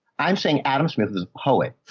i'm saying adam smith is hallway.